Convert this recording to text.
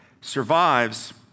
survives